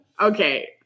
Okay